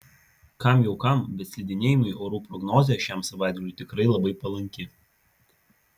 kam jau kam bet slidinėjimui orų prognozė šiam savaitgaliui tikrai labai palanki